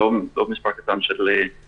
זה לא מספר קטן של נבדקים.